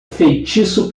feitiço